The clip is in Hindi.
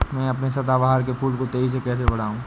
मैं अपने सदाबहार के फूल को तेजी से कैसे बढाऊं?